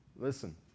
Listen